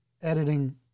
Editing